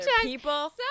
people